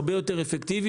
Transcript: הרבה יותר אפקטיבי,